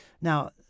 Now